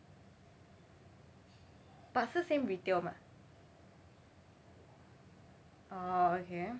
but 是 same retail 吗 orh okay